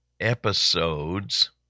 episodes